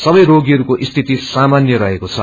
सबैरोगीहरूकोस्थितसममान्य रहेको छ